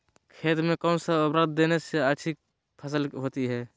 खेत में कौन सा उर्वरक देने से अच्छी फसल होती है?